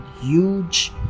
huge